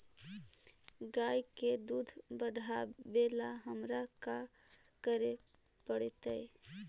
गाय के दुध बढ़ावेला हमरा का करे पड़तई?